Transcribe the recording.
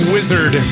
Wizard